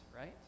right